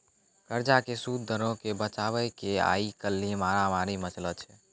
कर्जा के सूद दरो के बचाबै के आइ काल्हि मारामारी मचलो छै